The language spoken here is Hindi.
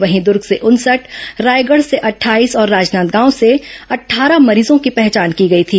वहीं दूर्ग से उनसठ रायगढ़ से अट्ठाईस और राजनादगांव से अट्ठारह मरीजों की पहचान की गई थी